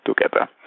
together